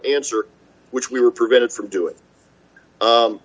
answer which we were prevented from doing